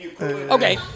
Okay